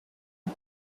and